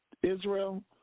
Israel